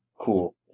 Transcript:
cool